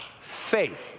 faith